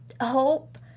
Hope